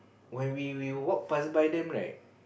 when we we walk past by them right